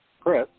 Chris